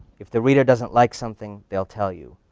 if the reader doesn't like something, they'll tell you.